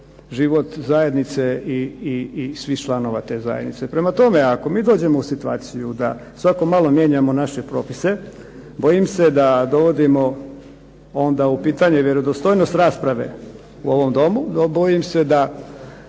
život zajednice i svih članova te zajednice. Prema tome, ako mi dođemo u situaciju da svako malo mijenjamo naše propise bojim se da dovodimo onda u pitanje vjerodostojnost rasprave u ovom Domu, bojim se da